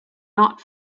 not